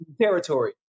territory